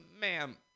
Ma'am